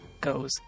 goes